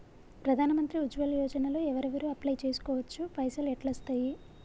ప్రధాన మంత్రి ఉజ్వల్ యోజన లో ఎవరెవరు అప్లయ్ చేస్కోవచ్చు? పైసల్ ఎట్లస్తయి?